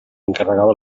encarregava